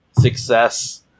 success